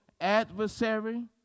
adversary